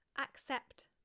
accept